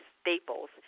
staples